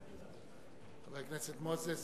חבר הכנסת מוזס,